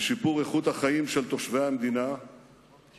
לשיפור איכות החיים של תושבי המדינה ולהשתתפות